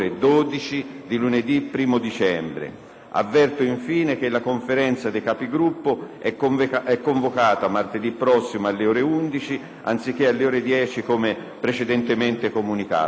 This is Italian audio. Avverto infine che la Conferenza dei Capigruppo è convocata martedì prossimo alle ore 11, anziché alle ore 10 come precedentemente comunicato. **Per la